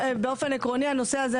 ערבים.